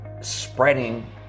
spreading